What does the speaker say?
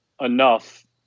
enough